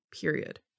period